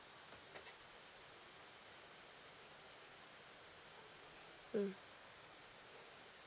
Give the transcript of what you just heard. mm